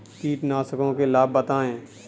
कीटनाशकों के लाभ बताएँ?